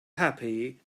happy